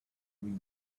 wii